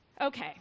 Okay